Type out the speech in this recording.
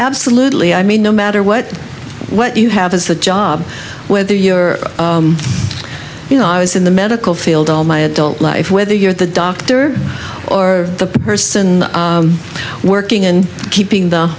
absolutely i mean no matter what what you have is the job whether you're you know i was in the medical field all my adult life whether you're the doctor or the person working in keeping the